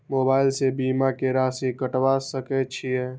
Mobile से बीमा के राशि कटवा सके छिऐ?